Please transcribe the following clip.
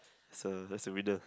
so that's the winner